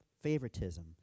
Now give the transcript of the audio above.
favoritism